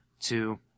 two